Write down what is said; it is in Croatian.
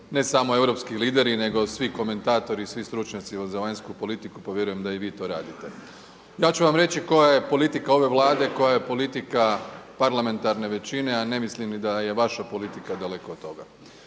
ne samo europski lideri nego svi komentatori i svi stručnjaci za vanjsku politiku pa vjerujem da i vi to radite. Ja ću vam reći koja je politika ove Vlade, koja je politika parlamentarne većine, a ne mislim ni da je vaša politika daleko od toga.